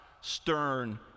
stern